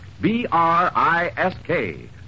B-R-I-S-K